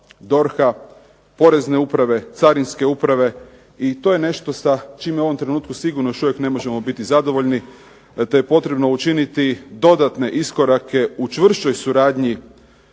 DORH-a, Porezne uprave, Carinske uprave i to je nešto sa čime u ovom trenutku sigurno još uvijek ne možemo biti zadovoljni te je potrebno učiniti dodatne iskorake u čvršćoj suradnji